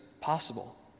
possible